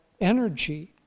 energy